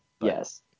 Yes